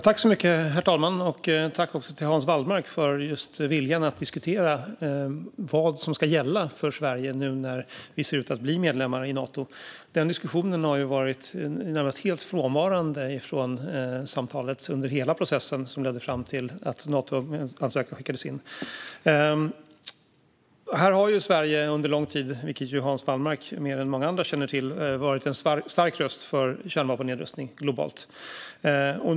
Herr talman! Jag tackar Hans Wallmark för viljan att diskutera vad som ska gälla för Sverige nu när vi ser ut att bli medlemmar i Nato. Den diskussionen har varit närmast helt frånvarande från samtalet under hela processen som ledde fram till att Natoansökan skickades in. Här har Sverige under lång tid, vilket Hans Wallmark mer än många andra känner till, varit en stark röst för kärnvapennedrustning globalt.